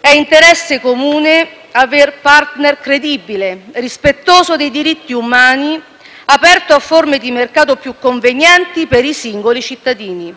È interesse comune avere un *partner* credibile, rispettoso dei diritti umani, aperto a forme di mercato più convenienti per i singoli cittadini.